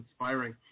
inspiring